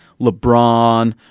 LeBron